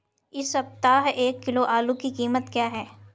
इस सप्ताह एक किलो आलू की कीमत क्या है?